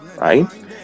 right